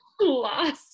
Lost